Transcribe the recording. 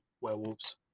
werewolves